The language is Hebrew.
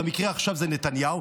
במקרה עכשיו זה נתניהו,